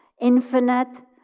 infinite